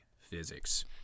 Physics